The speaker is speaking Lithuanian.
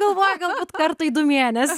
galvojai galbūt kartą į du mėnesius